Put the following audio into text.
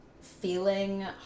feeling